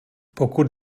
pokud